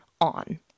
on